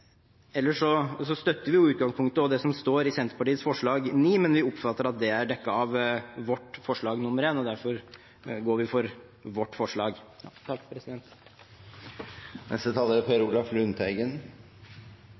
Ellers støtter vi i utgangspunktet det som står i Senterpartiets forslag nr. 9, men vi oppfatter at det er dekket av vårt forslag nr. 1, derfor går vi for vårt forslag. Dette er